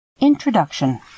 Introduction